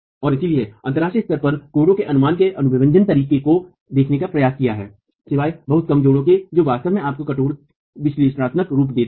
और इसलिए अंतर्राष्ट्रीय स्तर पर कोडों ने अनुमान के अनुभवजन्य तरीकों को देखने का प्रयास किया है सिवाय बहुत कम कोडों के जो वास्तव में आपको कठोर विश्लेषणात्मक रूप देते हैं